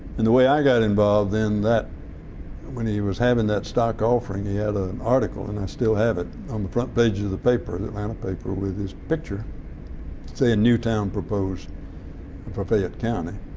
and the way i got involved then that when he was having that stock offering he had ah an article, and i still have it, on the front page of the paper, the atlanta paper, with his picture saying new town proposed for fayette county.